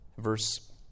Verse